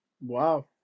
Wow